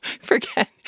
forget